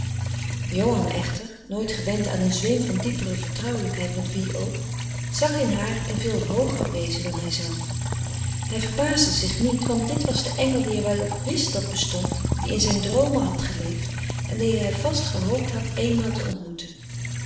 johan echter nooit gewend aan een zweem van diepere vertrouwlijkheid met wie ook zag in haar een veel hooger wezen dan hij zelf hij verbaasde zich niet want dit was de engel die hij wel wist dat bestond die in zijn droomen had geleefd en die hij vast gehoopt had eenmaal te ontmoeten